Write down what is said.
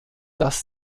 dass